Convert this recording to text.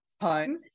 home